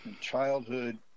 childhood